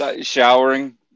Showering